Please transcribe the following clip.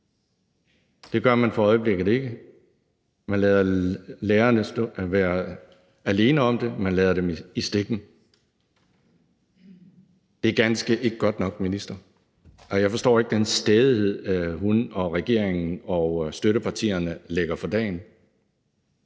Det gør man for øjeblikket ikke; man lader lærerne være alene om det, man lader dem i stikken. Det er ganske enkelt ikke godt nok, minister. Og jeg forstår ikke den stædighed, hun og regeringen og støttepartierne lægger for dagen.